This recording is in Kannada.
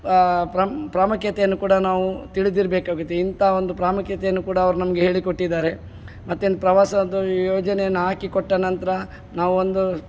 ಪ್ರಾಮ್ ಪ್ರಾಮುಖ್ಯತೆಯನ್ನು ಕೂಡ ನಾವು ತಿಳಿದಿರಬೇಕಾಗುತ್ತೆ ಇಂಥ ಒಂದು ಪ್ರಾಮುಖ್ಯತೆಯನ್ನು ಕೂಡ ಅವರು ನಮಗೆ ಹೇಳಿಕೊಟ್ಟಿದ್ದಾರೆ ಮತ್ತೇನು ಪ್ರವಾಸದ ಯೋಜನೆಯನ್ನು ಹಾಕಿ ಕೊಟ್ಟ ನಂತರ ನಾವೊಂದು